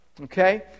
Okay